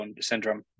syndrome